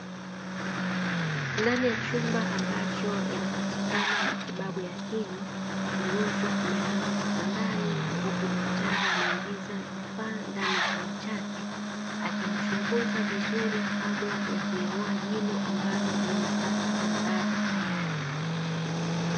Ndani ya chumba ambacho yanapatikana matibabu ya kinywa, mgonjwa amelazwa kitandani huku daktari ameingiza vifaa ndani ya kinywa chake, akimchunguza vizuri kabla ya kuling'oa jino ambalo limepata madhara tayari.